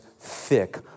thick